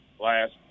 last